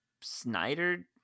snyder